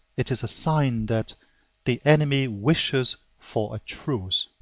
it is a sign that the enemy wishes for a truce.